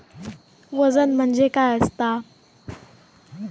वजन म्हणजे काय असता?